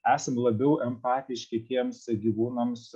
esam labiau empatiški tiems gyvūnams